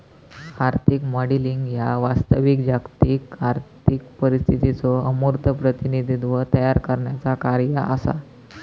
आर्थिक मॉडेलिंग ह्या वास्तविक जागतिक आर्थिक परिस्थितीचो अमूर्त प्रतिनिधित्व तयार करण्याचा कार्य असा